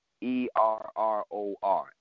E-R-R-O-R